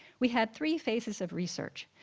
we had three phases of research,